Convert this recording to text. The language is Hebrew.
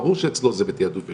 ברור שאצלו זה בתיעדוף עליון,